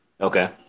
Okay